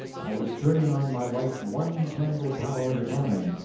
i was turning on my light one-candle-power at a time,